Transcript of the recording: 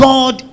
God